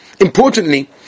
Importantly